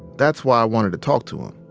that's why i wanted to talk to him.